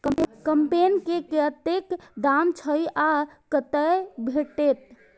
कम्पेन के कतेक दाम छै आ कतय भेटत?